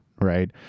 right